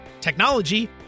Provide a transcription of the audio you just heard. technology